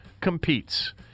competes